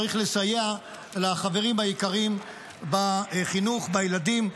צריך לסייע לחברים היקרים בחינוך ובילדים.